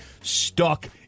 stuck